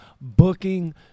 booking